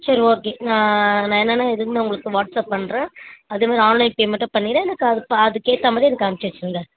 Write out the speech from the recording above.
சரி ஓகே நான் நான் என்னன்னு ஏதுன்னு நான் உங்களுக்கு வாட்ஸப் பண்ணுறேன் அதேமாதிரி ஆன்லைன் பேமண்ட்டும் பண்ணிடுறேன் எனக்கு அதுக்கு அதுக்கேற்ற மாதிரி எனக்கு அனுப்பிச்சு வைச்சிடுங்க